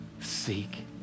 seek